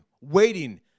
waiting